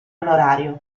onorario